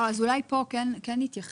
אולי פה נתייחס